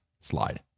slide